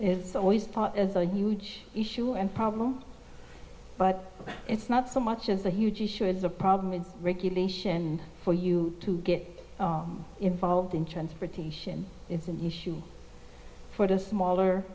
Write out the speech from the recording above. is always thought as a huge issue and problem but it's not so much as a huge issue it's a problem with regulation for you to get involved in transportation it's an issue for the smaller